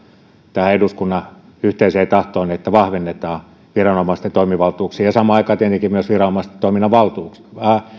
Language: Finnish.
tähän eduskunnan yhteiseen tahtoon että vahvennetaan viranomaisten toimivaltuuksia ja samaan aikaan tietenkin myös viranomaistoiminnan